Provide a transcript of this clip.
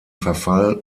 verfall